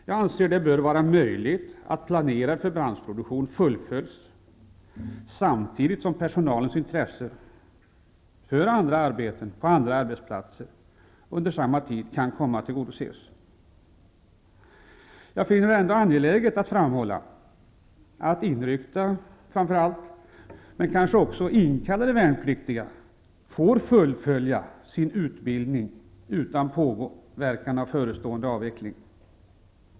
Jag anser att det bör vara möjligt att planerad förbandsproduktion fullföljs, samtidigt som personalens intresse för andra arbeten på andra arbetsplatser kan tillgodoses. Jag finner det ändå angeläget att framhålla att framför allt inryckta, men kanske också inkallade, värnpliktiga får fullfölja sin utbildning utan påverkan av förestående avveckling.